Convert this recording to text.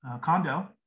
condo